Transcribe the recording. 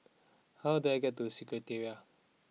how do I get to Secretariat